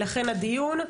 ולכן הדיון,